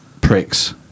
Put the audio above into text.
pricks